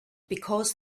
because